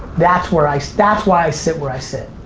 that's where i stats why i sit where i sit?